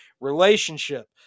relationship